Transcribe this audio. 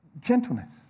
gentleness